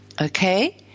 Okay